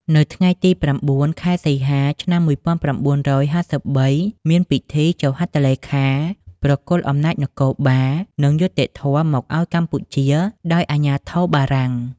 នៅថ្ងៃទី ២៩ ខែសីហា ឆ្នាំ ១៩៥៣ មានពិធីចុះហត្ថលេខាប្រគល់អំណាចនគរបាល និងយុត្តិធម៌មកឱ្យកម្ពុជាដោយអាជ្ញាធរបារាំង។